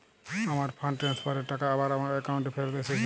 আমার fund transfer এর টাকা আবার আমার একাউন্টে ফেরত এসেছে